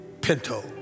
Pinto